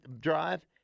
drive